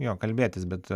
jo kalbėtis bet